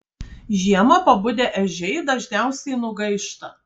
žiemą pabudę ežiai dažniausiai nugaišta